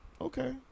Okay